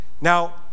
now